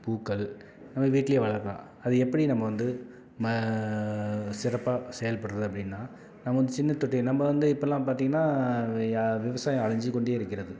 பூக்கள் நம்ம வீட்லேயே வளர்க்கலாம் அது எப்படி நம்ம வந்து ம சிறப்பாக செயல்படுகிறது அப்படின்னா நம்ம வந்து சின்ன தொட்டி நம்ம வந்து இப்போல்லாம் பார்த்தீங்கன்னா விவசாயம் அழிந்து கொண்டே இருக்கிறது